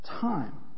time